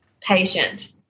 patient